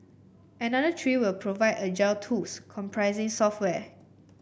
another three will provide agile tools comprising software